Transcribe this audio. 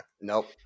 Nope